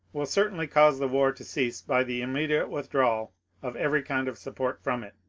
will certainly cause the war to cease by the immediate withdrawal of every kind of support from it.